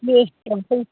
नै लांफै